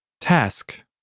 Task